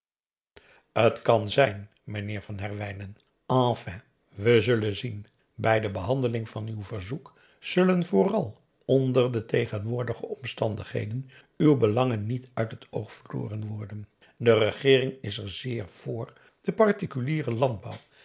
t kan zijn meneer van herwijnen enfin we zullen zien bij de behandeling van uw verzoek zullen vooral onder de tegenwoordige omstandigheden uw belangen niet uit het oog verloren worden de regeering is er zeer vr den particulieren landbouw